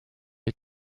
est